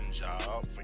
job